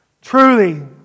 Truly